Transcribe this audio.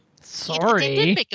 Sorry